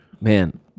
man